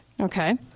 okay